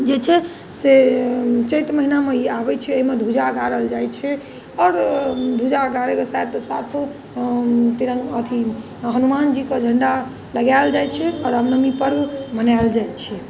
जे छै से चैत महिनामे ई आबैत छै एहिमे ध्वजा गाड़ल जाइत छै आओर ध्वजा गाड़ैके साथ साथ तिरङ्ग अथि हनुमान जीकेँ झण्डा लगाएल जाइत छै आओर राम नओमी पर्व मनाएल जाइत छै